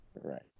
Right